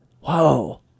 whoa